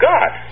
God